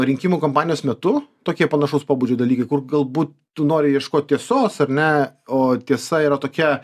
rinkimų kampanijos metu tokie panašaus pobūdžio dalykai kur galbū tu nori ieškot tiesos ar ne o tiesa yra tokia